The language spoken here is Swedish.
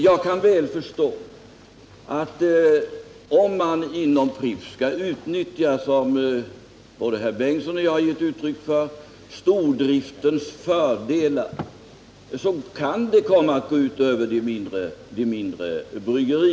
Jag kan väl förstå att det kan komma att gå ut över de mindre bryggerierna om man inom Pripps skall utnyttja stordriftens fördelar, vilket både herr Bengtsson och jag gett uttryck för att man bör göra.